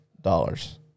dollars